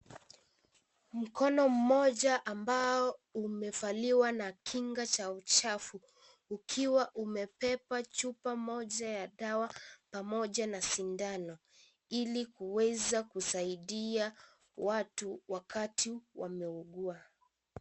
Mkono mmoja ambao umevaliwa na kinga chafu ukiwa umebeba chupa moja ile ya dawa pamoja na sindano ili kuweza kusaidia watu wakati wameugua.